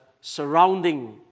surrounding